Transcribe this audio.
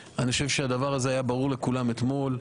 הדבר הזה היה ברור לכולם אתמול.